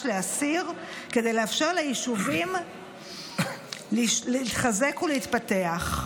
להסיר כדי לאפשר ליישובים להתחזק ולהתפתח.